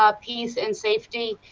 ah peace, and safety,